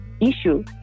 issue